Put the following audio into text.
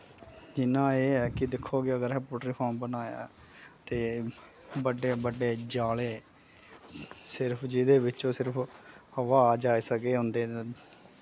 जियां एह् ऐ कि दिक्खो कि अगर असैं पोल्ट्री फार्म बनाया ते बड्डे बड्डे जाले सिर्फ जिदे बिच्चो सिर्फ हवा जाई सकै उंदे